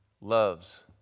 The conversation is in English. loves